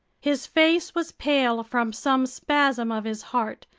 his face was pale from some spasm of his heart,